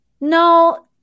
no